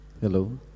Hello